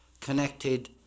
connected